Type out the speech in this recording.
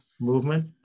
movement